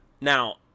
now